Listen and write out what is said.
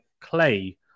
clay